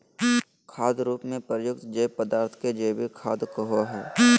खाद रूप में प्रयुक्त जैव पदार्थ के जैविक खाद कहो हइ